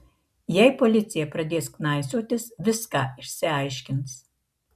jei policija pradės knaisiotis viską išaiškins